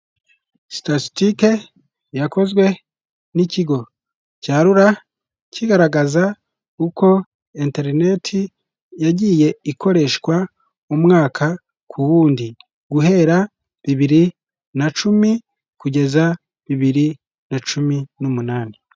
Sitatisitike yakozwe n'ikigo cya RURA kigaragaza uko interineti yagiye ikoreshwa mu umwaka ku wundi, guhera bibiri na cumi, kugeza bibiri na cumi n'umunani.